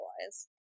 otherwise